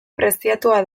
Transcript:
preziatua